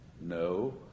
No